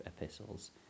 epistles